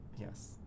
Yes